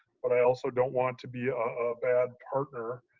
but i also don't want to be a bad partner.